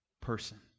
person